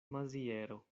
maziero